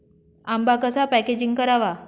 आंबा कसा पॅकेजिंग करावा?